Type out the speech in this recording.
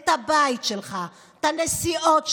את הבית שלך, את הנסיעות שלך,